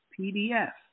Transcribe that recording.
PDF